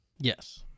Yes